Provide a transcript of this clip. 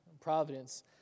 providence